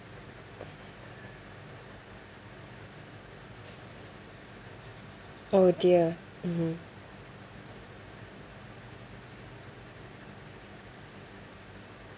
oh dear mmhmm